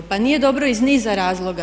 Pa nije dobro iz niza razloga?